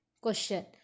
Question